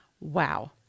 Wow